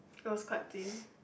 it was quite plain